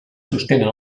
sostenen